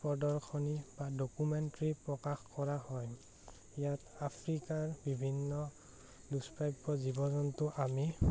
প্ৰদৰ্শনী বা ডকুমেণ্ট্ৰি প্ৰকাশ কৰা হয় ইয়াত আফ্ৰিকাৰ বিভিন্ন দুষ্প্ৰাপ্য জীৱ জন্তু আমি